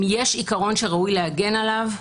אם יש עיקרון שראוי להגן עליו,